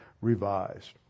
revised